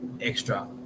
extra